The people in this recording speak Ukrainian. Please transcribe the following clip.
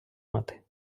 мати